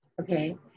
okay